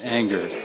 anger